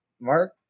mark